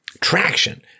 traction